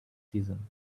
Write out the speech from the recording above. season